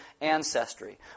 ancestry